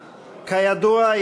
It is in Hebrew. כידוע,